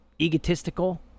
egotistical